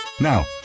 Now